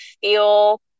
feel